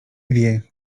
wie